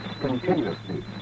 continuously